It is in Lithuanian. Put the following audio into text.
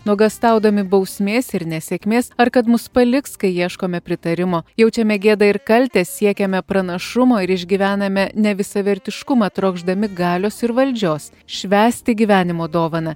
nuogąstaudami bausmės ir nesėkmės ar kad mus paliks kai ieškome pritarimo jaučiame gėdą ir kaltę siekiame pranašumo ir išgyvename nevisavertiškumą trokšdami galios ir valdžios švęsti gyvenimo dovaną